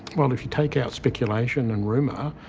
well, if you take out speculation and rumour,